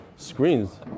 Screens